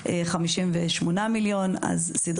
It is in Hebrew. ובית